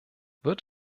wird